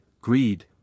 greed